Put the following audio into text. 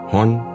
one